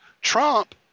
Trump